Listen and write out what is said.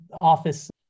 office